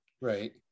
Right